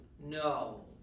No